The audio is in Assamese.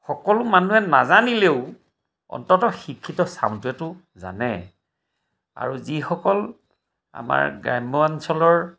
সকলো মানুহে নাজানিলেও অন্ততঃ শিক্ষিত চামটোৱেটো জানে আৰু যিসকল আমাৰ গ্ৰাম্য অঞ্চলৰ